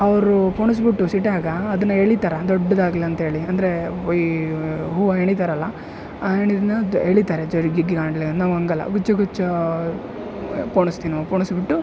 ಅವ್ರು ಪುನುಸ್ ಬಿಟ್ಟು ಸಿಟ್ಟಾಗ ಅದನ್ನ ಎಳಿತಾರ ದೊಡ್ಡದಾಗ್ಲಿ ಅಂತ್ಹೇಳಿ ಅಂದರೆ ಈ ಹೂವ ಹೆಣಿತರಲ್ಲ ಆ ಹೆಣಿದ್ನ ಎಳಿತಾರೆ ಜರ್ ಗಿಗ್ಗಿ ಗಾಂಡ್ಲೆ ನಾವು ಹಾಗಲ್ಲ ಗುಚ್ಛ ಗುಚ್ಚ ಪೋಣಿಸ್ತೀನಿ ನಾವು ಪೊಣಿಸ್ಬಿಟ್ಟು